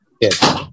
Yes